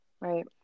right